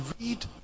read